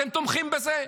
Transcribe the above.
אתם תומכים בזה,